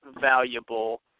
valuable